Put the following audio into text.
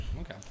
Okay